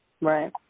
Right